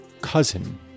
cousin